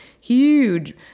huge